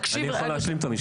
אני יכול להשלים את המשפט?